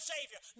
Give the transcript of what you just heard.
Savior